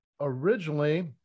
originally